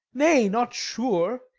nay, not sure,